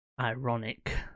ironic